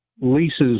leases